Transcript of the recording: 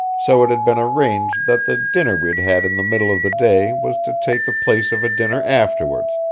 so it had been arranged that the dinner we'd had in the middle of the day was to take the place of a dinner afterwards,